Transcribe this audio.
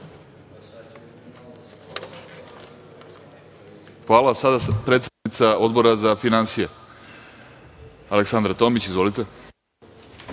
Hvala. Sada predsednica Odbora za finansije Aleksandra Tomić ima